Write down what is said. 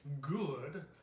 good